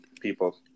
people